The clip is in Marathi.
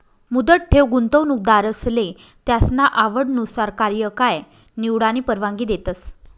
मुदत ठेव गुंतवणूकदारसले त्यासना आवडनुसार कार्यकाय निवडानी परवानगी देतस